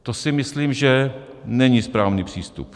To si myslím, že není správný přístup.